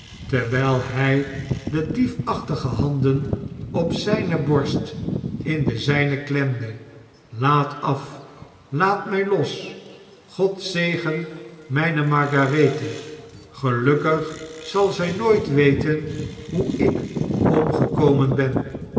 terwyl hy de diefachtige handen op zyne borst in de zyne klemde laat af laat mij los god zegen myne margarethe gelukkig zal zy nooit weten hoe ik omgekomen ben